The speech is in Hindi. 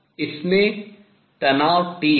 इसमें तनाव T है